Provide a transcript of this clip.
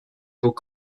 vos